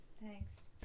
Thanks